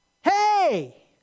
Hey